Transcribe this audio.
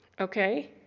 okay